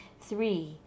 Three